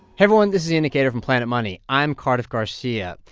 everyone. this is the indicator from planet money. i'm cardiff garcia.